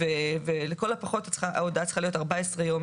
ולכל הפחות ההודעה צריכה להיות 14 ימים,